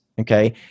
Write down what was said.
Okay